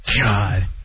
God